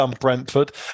Brentford